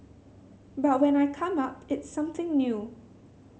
but when I come up it's something new